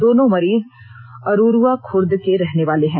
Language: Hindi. दोनों मरीज अरूरूआ खुर्द के रहनेवाले हैं